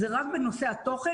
זה רק בנושא התוכן,